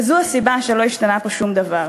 וזו הסיבה שלא השתנה פה שום דבר.